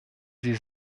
sie